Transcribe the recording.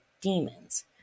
demons